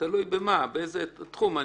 תלוי במה, באיזה תחום.